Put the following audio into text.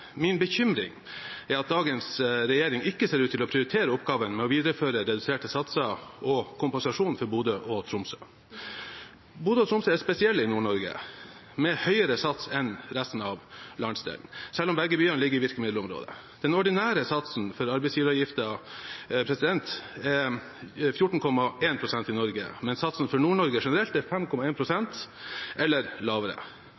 Min bekymring er at dagens regjering ikke ser ut til å prioritere oppgaven med å videreføre reduserte satser og kompensasjon for Bodø og Tromsø. Bodø og Tromsø er spesielle i Nord-Norge, med høyere sats enn resten av landsdelen, selv om begge byene ligger i virkemiddelområdet. Den ordinære satsen for arbeidsgiveravgiften i Norge er 14,1 pst., mens satsen for Nord-Norge generelt er 5,1 pst. eller lavere.